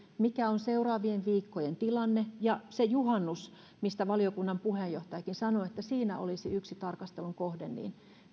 mikä on seuraavien viikkojen tilanne ja se juhannus kun valiokunnan puheenjohtajakin sanoi että siinä olisi yksi tarkastelun kohde niin